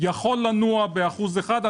יכול לנוע באחוז אחד.